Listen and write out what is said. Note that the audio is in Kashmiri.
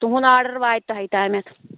تُہنٛد آرڈر واتہِ تۄہہِ تانٮ۪تھ